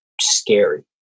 scary